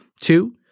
Two